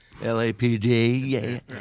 LAPD